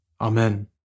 Amen